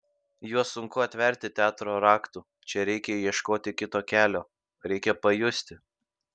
juos sunku atverti teatro raktu čia reikia ieškoti kito kelio reikia pajusti